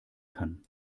kann